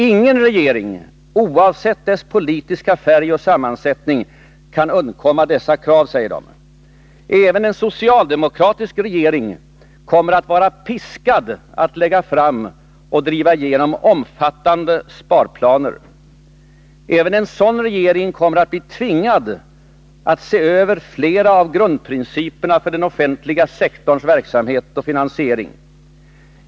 ”Ingen regering, oavsett dess politiska färg och sammansättning, kan undkomma dessa krav. Även en socialdemokratisk regering kommer att vara piskad att lägga fram och driva igenom omfattande sparplaner”, säger de. Även en sådan regering kommer att bli tvingad att se över flera av grundprinciperna för den offentliga sektorns verksamhet och finansiering.